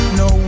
no